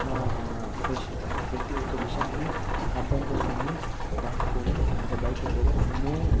face చేశాను ప్రతి ఒక్క విషయాన్ని అడ్డంకులన్నీ దాటుకొని ఒక బైక్ రైడర్ గా ఎన్నో